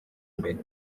imbere